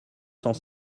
cent